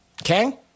Okay